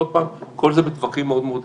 עוד פעם, כל זה בטווחים מאוד מאוד קצרים.